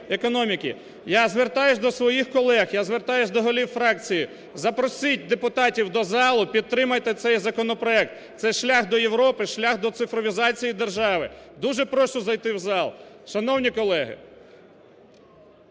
Я звертаюся до своїх колег, я звертаюся до голів фракцій, запросіть депутатів до залу, підтримайте цей законопроект, це шлях до Європи, шлях до цифровізації держави. Дуже прошу зайти в зал, шановні колеги.